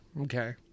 Okay